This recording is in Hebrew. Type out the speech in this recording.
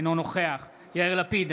אינו נוכח יאיר לפיד,